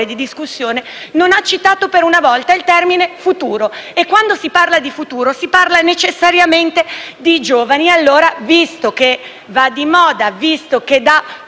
di discussione - non si è citato nemmeno per una volta il termine «futuro». Quando si parla di futuro, si parla necessariamente di giovani e allora, visto che va di moda, visto che dà